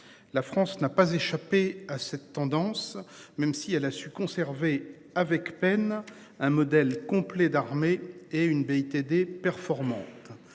La France n'a pas échappé à cette tendance même si elle a su conserver avec peine un modèle complet d'armée et une BITD performante.